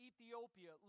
Ethiopia